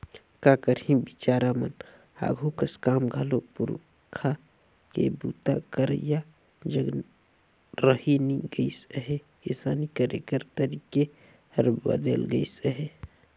का करही बिचारा मन आघु कस काम घलो पूरखा के बूता करइया जग रहि नी गइस अहे, किसानी करे कर तरीके हर बदेल गइस अहे